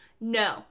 no